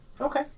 Okay